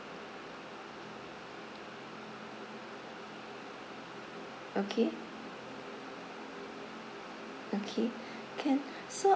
okay okay can so